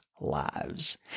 lives